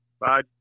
Bye